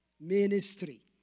ministry